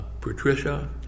Patricia